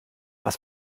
was